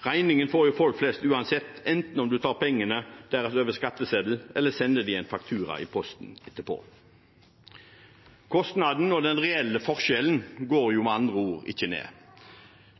Regningen får folk flest uansett, enten en tar pengene deres over skatteseddelen eller sender dem en faktura i posten etterpå. Kostnaden og den reelle forskjellen går med andre ord ikke ned,